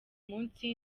munsi